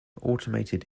automated